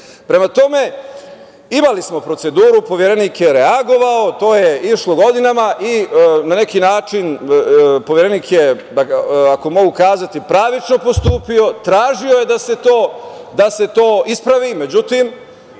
Prema tome, imali smo proceduru, Poverenik je reagovao, to je išlo godinama i na neki način Poverenik je, ako mogu kazati, pravično postupio, tražio je da se to ispravi, međutim,